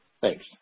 Thanks